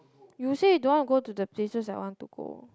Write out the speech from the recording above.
you say you don't want to go to the places that I want to go